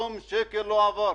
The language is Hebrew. שום שקל לא עבר.